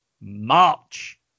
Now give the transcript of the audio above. March